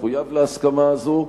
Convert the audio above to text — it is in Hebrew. מחויב להסכמה הזו,